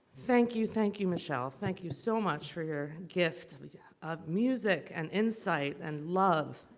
thank you, thank you michelle. thank you so much for your gift of music and insight and love.